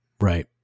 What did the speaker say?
Right